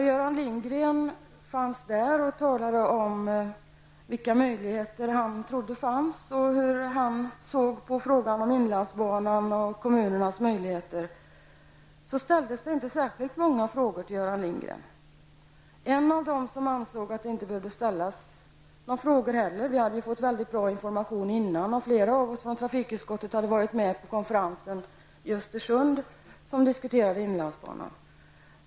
Göran Lindgren talade om vilka möjligheter han trodde fanns och hur han såg på frågan om inlandsbanan och kommunernas möjligheter. Det ställdes inte särskilt många frågor till honom. Vi hade fått bra information tidigare. Flera av oss i trafikutskottet hade varit med på konferensen i Östersund där inlandsbanan diskuterades.